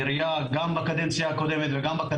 שבצמוד אליו היה אתר